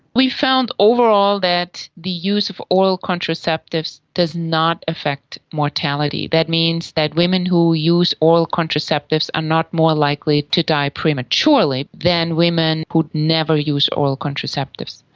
we found overall that the use of oral contraceptives does not affect mortality. that means that women who use oral contraceptives are not more likely to die prematurely than women who never use oral contraceptives.